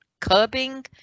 curbing